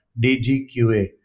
DGQA